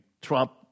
Trump